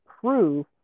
prove